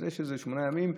אז יש כשמונה ימים.